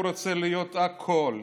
הוא רוצה להיות הכול,